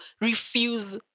refuse